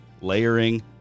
layering